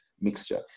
mixture